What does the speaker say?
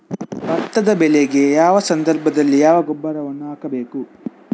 ಭತ್ತದ ಬೆಳೆಗೆ ಯಾವ ಸಂದರ್ಭದಲ್ಲಿ ಯಾವ ಗೊಬ್ಬರವನ್ನು ಹಾಕಬೇಕು?